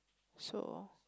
so